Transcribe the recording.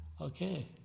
Okay